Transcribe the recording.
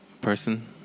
Person